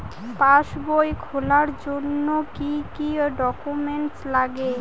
পাসবই খোলার জন্য কি কি ডকুমেন্টস লাগে?